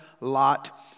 Lot